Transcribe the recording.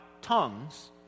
tongues